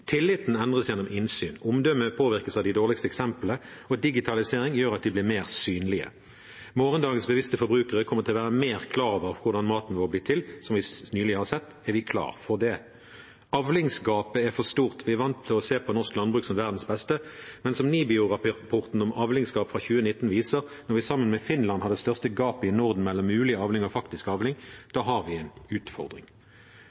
Tilliten endres gjennom innsyn. Omdømme påvirkes av de dårligste eksemplene, og digitalisering gjør at de blir mer synlige. Morgendagens bevisste forbrukere kommer til å være mer klar over hvordan maten vår blir til, som vi nylig har sett. Er vi klar for det? Avlingsgapet er for stort. Vi er vant til å se på norsk landbruk som verdens beste. Men som NIBIO-rapporten om avlingsgap fra 2019 viser: Når vi sammen med Finland har det største gapet i Norden mellom mulig avling og faktisk